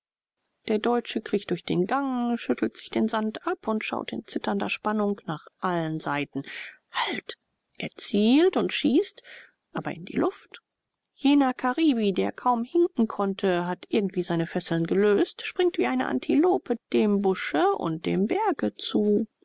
der deutsche kriecht durch den gang schüttelt sich den sand ab und schaut in zitternder spannung nach allen seiten halt er zielt und schießt aber in die luft jener karibi der kaum hinken konnte hat irgendwie seine fesseln gelöst springt wie eine antilope dem busche und den bergen zu